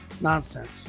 nonsense